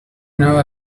know